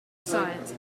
science